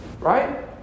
right